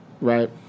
right